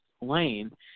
Lane